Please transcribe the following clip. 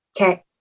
Okay